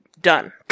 done